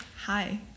Hi